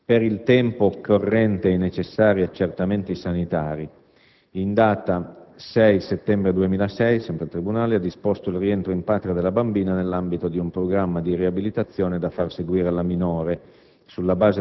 per il tempo occorrente ai necessari accertamenti sanitari, in data 6 settembre 2006 ha disposto il rientro in patria della bambina nell'ambito di un programma di riabilitazione da far seguire alla minore,